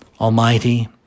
Almighty